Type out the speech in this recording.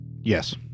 Yes